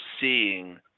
seeing